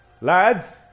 Lads